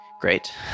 great